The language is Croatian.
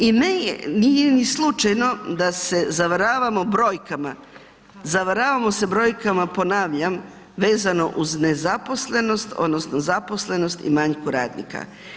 I nije ni slučajno da se zavaravamo brojkama, zavaravamo se brojkama, ponavljam, vezano uz nezaposlenost, odnosno zaposlenost i manjku radnika.